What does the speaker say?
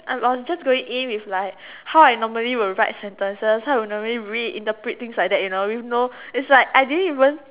I was just going in with like how I normally will write sentences how I will normally read interpret things like that you know with no it's like I didn't even